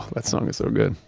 that song is so good.